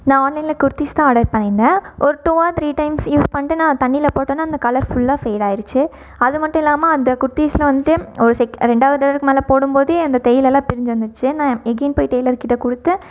நான் ஆன்லனில் குர்த்திஸ் தான் ஆர்டர் பண்ணியிருந்தேன் ஒரு two or three time use பண்ணிவிட்டு நான் தண்ணியில் போட்டோடனே அந்த கலர் ஃபுல்லாக ஃபேடாகிடுச்சி அது மட்டுல்லாமல் அந்த குர்த்திஸில் வந்துட்டு ஒரு செக் ரெண்டாவது தடவைக்கு மேலே போடும்போதே அந்த தையலெல்லாம் பிரிஞ்சு வந்துருச்சு நான் எகைன் போய் டெய்லர் கிட்ட கொடுத்தேன்